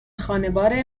خانوار